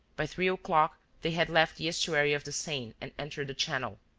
by three o'clock they had left the estuary of the seine and entered the channel.